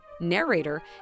narrator